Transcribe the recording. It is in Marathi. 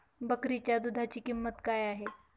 बकरीच्या दूधाची किंमत काय आहे?